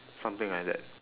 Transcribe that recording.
something like that